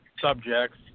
subjects